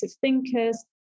thinkers